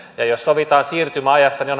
ja jos sovitaan siirtymäajasta niin